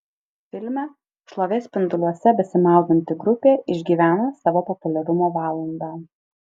filme šlovės spinduliuose besimaudanti grupė išgyvena savo populiarumo valandą